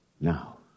now